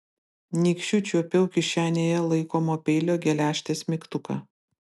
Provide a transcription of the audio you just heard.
nykščiu čiuopiau kišenėje laikomo peilio geležtės mygtuką